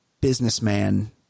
businessman